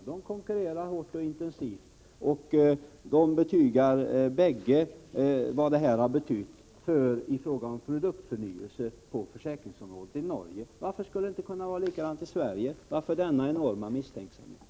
Bolagen konkurrerar hårt och intensivt, och det betygas från bägge sidor vad detta har betytt i fråga om produktförnyelse på försäkringsområdet i Norge. Varför skulle det inte kunna vara likadant i Sverige? Varför denna enorma misstänksamhet?